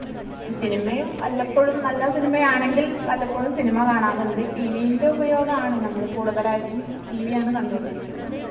സിനിമയും വല്ലപ്പോഴും നല്ല സിനിമ ആണെങ്കിൽ വല്ലപ്പോഴും സിനിമ കാണാറുണ്ട് ടി വിൻ്റെ ഉപയോഗം ആണ് നമ്മൾ കൂടുതൽ ആയിട്ടും ടി വിയാണ് കണ്ടുകൊണ്ടിരിക്കുന്നത്